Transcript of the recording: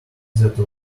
that